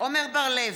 עמר בר-לב,